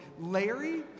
Larry